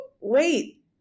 wait